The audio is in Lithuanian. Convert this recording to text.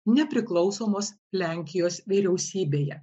nepriklausomos lenkijos vyriausybėje